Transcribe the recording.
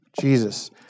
Jesus